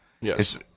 Yes